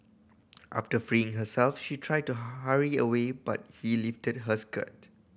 after freeing herself she tried to hurry away but he lifted her skirt